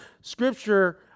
scripture